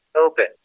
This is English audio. Open